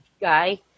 guy